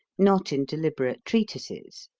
not in deliberate treatises.